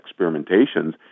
experimentations